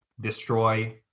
destroy